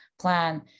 plan